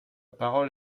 parole